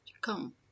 come